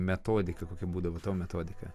metodiką kokia būdavo tavo metodika